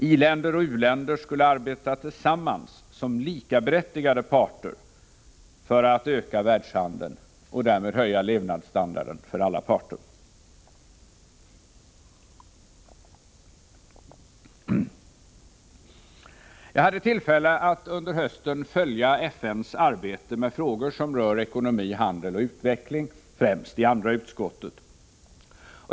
I-länder och u-länder skulle arbeta tillsammans som likaberättigade parter för att öka världshandeln och därmed höja levnadsstandarden för alla parter. Jag hade tillfälle att under hösten följa FN:s arbete med frågor som rör ekonomi, handel och utveckling, främst i andra utskottet.